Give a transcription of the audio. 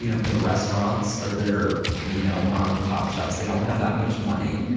you know if they're restaurants or they're you know mom and pop shops, they don't have that much money,